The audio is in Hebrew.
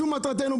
זאת מטרתנו,